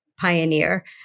pioneer